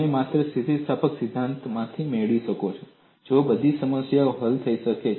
તમે તે માત્ર સ્થિતિસ્થાપકતાના સિદ્ધાંતથી મેળવી શકો છો જો બધી સમસ્યા હલ થઈ શકે